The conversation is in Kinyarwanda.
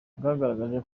bwagaragaje